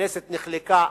הכנסת נחלקה אז,